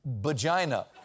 vagina